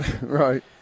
Right